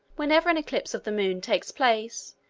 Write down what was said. whenever an eclipse of the moon takes place,